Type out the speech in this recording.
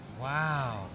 Wow